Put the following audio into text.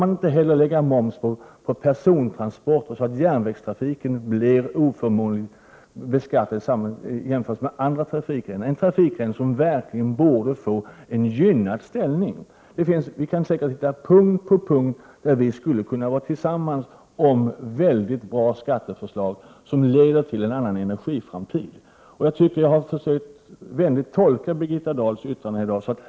Man skall inte momsbelägga persontransporter, så att järnvägstrafiken blir oförmånligt beskattad jämförd med andra trafikgrenar. Järnvägen är en trafikgren som verkligen borde få en gynnad ställning. Vi kan säkert hitta punkt efter punkt där vi skulle kunna vara eniga om mycket bra skatteförslag som leder till en annan energiframtid. Jag har försökt tolka Birgitta Dahls yttranden här i dag vänligt.